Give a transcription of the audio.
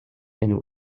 and